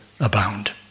abound